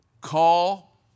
call